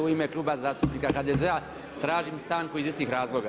U ime Kluba zastupnika HDZ-a tražim stanku iz istih razloga.